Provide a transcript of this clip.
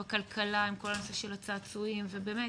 ובכלכלה עם כל הנושא של הצעצועים, ובאמת